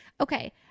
Okay